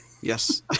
Yes